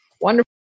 Wonderful